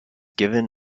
given